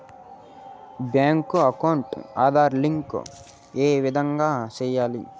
Bank account Aadhaar link ఏ విధంగా సెయ్యాలి?